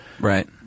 Right